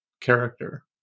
character